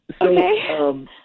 Okay